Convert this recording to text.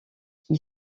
qui